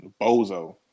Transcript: bozo